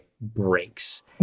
breaks